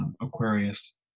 Aquarius